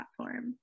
platform